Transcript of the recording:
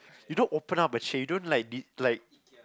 you don't open up a shade you don't like like